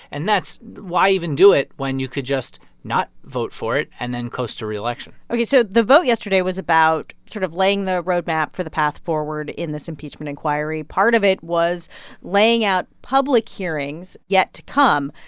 and that's why even do it when you could just not vote for it and then coast to reelection? ok, so the vote yesterday was about sort of laying the road map for the path forward in this impeachment inquiry. part of it was laying out public hearings yet to come.